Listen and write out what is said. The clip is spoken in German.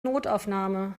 notaufnahme